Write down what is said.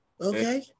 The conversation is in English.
Okay